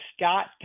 Scott